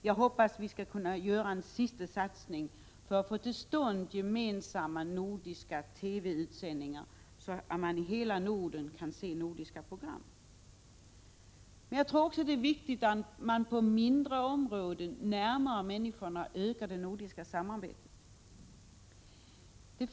Jag hoppas att vi skall kunna göra en sista satsning för att få till stånd gemensamma nordiska TV-sändningar, så att man i hela Norden kan se nordiska program. Det är också viktigt att på många mindre områden, närmare människor, öka det nordiska samarbetet.